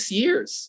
years